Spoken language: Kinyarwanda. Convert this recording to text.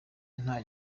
nta